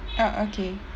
uh okay